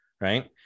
right